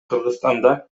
кыргызстанда